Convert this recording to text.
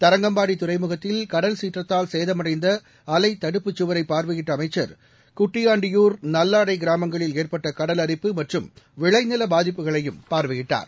தரங்கம்பாடி துறைமுகத்தில் கடல் சீற்றத்தால் சேதமடைந்த அலை தடுப்புச்சுவரை பார்வையிட்ட அமைச்சர் குட்டியாண்டியூர் நல்லாடை கிராமங்களில் ஏற்பட்ட கடல் அரிப்பு மற்றும் விளைநில பாதிப்புகளையும் பார்வையிட்டார்